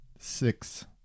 Six